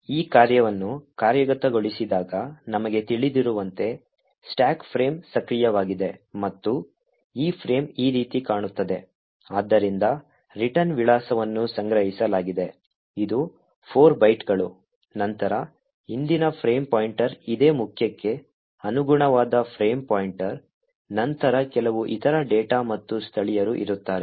ಈ ಕಾರ್ಯವನ್ನು ಕಾರ್ಯಗತಗೊಳಿಸಿದಾಗ ನಮಗೆ ತಿಳಿದಿರುವಂತೆ ಸ್ಟಾಕ್ ಫ್ರೇಮ್ ಸಕ್ರಿಯವಾಗಿದೆ ಮತ್ತು ಈ ಫ್ರೇಮ್ ಈ ರೀತಿ ಕಾಣುತ್ತದೆ ಆದ್ದರಿಂದ ರಿಟರ್ನ್ ವಿಳಾಸವನ್ನು ಸಂಗ್ರಹಿಸಲಾಗಿದೆ ಇದು 4 ಬೈಟ್ಗಳು ನಂತರ ಹಿಂದಿನ ಫ್ರೇಮ್ ಪಾಯಿಂಟರ್ ಇದೆ ಮುಖ್ಯಕ್ಕೆ ಅನುಗುಣವಾದ ಫ್ರೇಮ್ ಪಾಯಿಂಟರ್ ನಂತರ ಕೆಲವು ಇತರ ಡೇಟಾ ಮತ್ತು ಸ್ಥಳೀಯರು ಇರುತ್ತಾರೆ